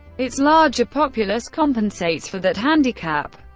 its larger populace compensates for that handicap.